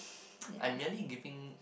I'm merely giving